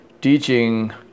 teaching